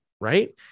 right